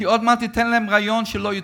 כי עוד מעט תיתן להם רעיון שלא ייתנו.